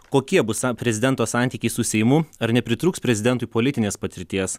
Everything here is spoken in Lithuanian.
kokie bus sa prezidento santykiai su seimu ar nepritrūks prezidentui politinės patirties